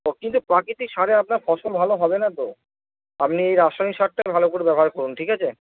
কিন্তু প্রাকৃতিক সারে আপনার ফসল ভালো হবে না তো আপনি রাসায়নিক সারটা ভাল করে ব্যবহার করুন ঠিক আছে